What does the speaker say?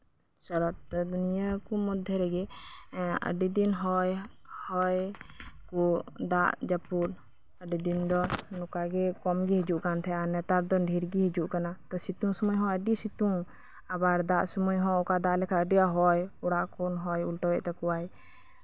ᱛᱚ ᱱᱤᱭᱟᱹ ᱠᱚ ᱢᱚᱫᱽᱫᱷᱮ ᱨᱮᱜᱮ ᱟᱰᱤ ᱫᱤᱱ ᱦᱚᱭ ᱫᱟᱜ ᱡᱟᱯᱩᱫ ᱟᱰᱤ ᱫᱤᱱ ᱫᱚ ᱱᱚᱝᱠᱟ ᱜᱮ ᱠᱚᱢ ᱜᱮ ᱦᱤᱡᱩᱜ ᱠᱟᱱ ᱛᱟᱦᱮᱸᱱᱟ ᱟᱨ ᱱᱮᱛᱟᱨ ᱫᱚ ᱰᱷᱤᱨ ᱜᱤ ᱦᱤᱡᱩᱜ ᱠᱟᱱᱟ ᱛᱚ ᱥᱤᱛᱩᱝ ᱥᱚᱢᱚᱭ ᱦᱚᱸ ᱟᱰᱤ ᱥᱤᱛᱩᱝ ᱟᱨ ᱫᱟᱜ ᱥᱚᱢᱚᱭ ᱦᱚᱸ ᱚᱠᱟ ᱫᱟᱜ ᱞᱮᱠᱷᱟᱡ ᱟᱰᱤ ᱟᱸᱴ ᱦᱚᱭ ᱚᱲᱜ ᱠᱩᱱ ᱦᱚᱭ ᱩᱞᱴᱟᱹᱣᱮᱫ ᱛᱟᱠᱚᱣᱟᱭ